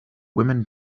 women